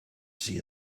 see